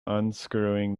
unscrewing